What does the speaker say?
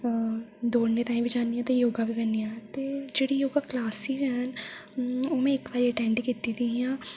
दौड़ने ताहीं बी जानी आं ते योगा बी करनी आं ते जेह्ड़ी योगा क्लॉसेज़ ऐ ते ओह् में इक बारी अटेंड कीती दियां